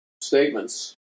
statements